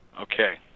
Okay